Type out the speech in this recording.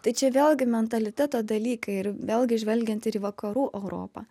tai čia vėlgi mentaliteto dalykai ir vėlgi žvelgiant ir į vakarų europą